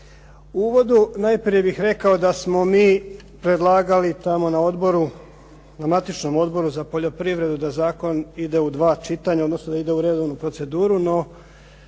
U uvodu najprije bih rekao da smo mi predlagali tamo na odboru, na matičnom Odboru za poljoprivredu da zakon ide u dva čitanja, odnosno da ide u redovnu proceduru, no,